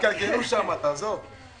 יתקלקלו שם, תעזוב.